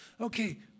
Okay